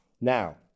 Now